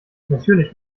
natürlich